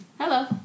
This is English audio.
hello